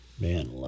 Man